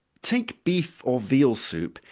take beef or veal soup,